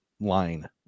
line